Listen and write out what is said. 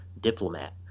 diplomat